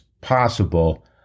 possible